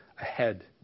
ahead